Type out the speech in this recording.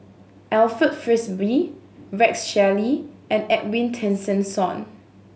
Alfred Frisby Rex Shelley and Edwin Tessensohn